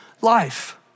life